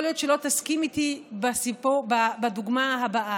יכול להיות שלא תסכים איתי בדוגמה הבאה,